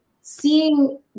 seeing